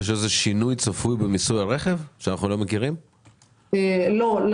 יש שינוי שאנחנו לא מכירים הצפוי